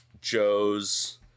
Joe's